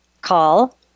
call